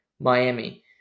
Miami